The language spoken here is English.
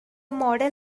model